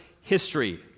history